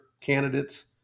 candidates